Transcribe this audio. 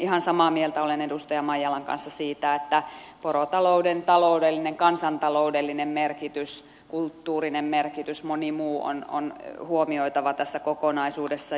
ihan samaa mieltä olen edustaja maijalan kanssa siitä että porotalouden taloudellinen kansantaloudellinen merkitys kulttuurinen merkitys ja moni muu on huomioitava tässä kokonaisuudessa